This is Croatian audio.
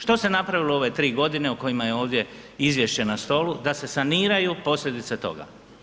Što se napravilo u ove tri godine o kojima je ovdje izvješće na stolu da se saniraju posljedice toga?